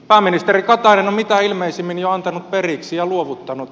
pääministeri katainen on mitä ilmeisimmin jo antanut periksi ja luovuttanut